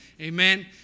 amen